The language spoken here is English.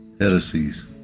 heresies